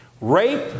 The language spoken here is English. rape